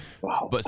Wow